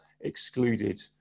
excluded